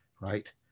right